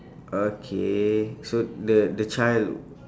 okay so the the child